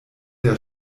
der